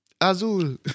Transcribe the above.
Azul